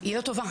היא לא טובה,